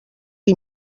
que